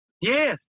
Yes